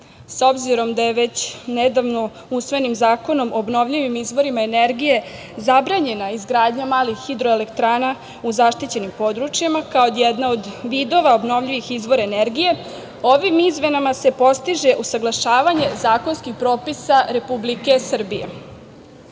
S obzirom, da je već nedavno usvojenim Zakonom obnovljivim izvorima energije zabranjena izgradnja malih hidroelektrana u zaštićenim područjima, kao jedna od vidova obnovljivih izvora energije, ovim izmenama se postiže usaglašavanje zakonskih propisa Republike Srbije. Zakon